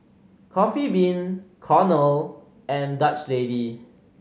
Coffee Bean Cornell and Dutch Lady